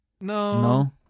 No